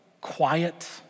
quiet